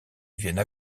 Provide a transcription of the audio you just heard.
viennent